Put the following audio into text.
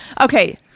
Okay